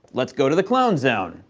let's go to the clone zone!